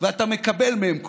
ואתה מקבל מהם כוח.